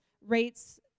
rates